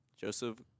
Joseph